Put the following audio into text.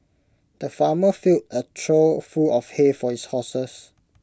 the farmer filled A trough full of hay for his horses